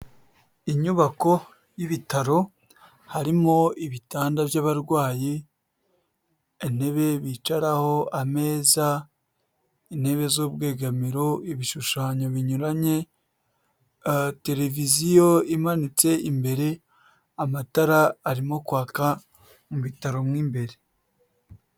Inyubako y'ibitaro harimo ibitanda by'abarwayi, intebe bicaraho, ameza, intebe z'ubwegamiro, ibishushanyo binyuranye, tereviziyo imanitse imbere, amatara arimo kwaka mu bitaro mu imbere.